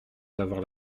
d’avoir